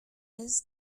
his